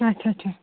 اَچھا اَچھا